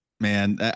Man